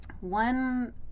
one